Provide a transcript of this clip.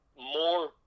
more